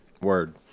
Word